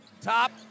Top